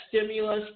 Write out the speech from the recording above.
stimulus